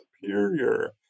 superior